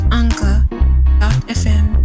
anchor.fm